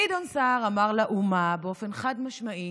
גדעון סער אמר לאומה באופן חד-משמעי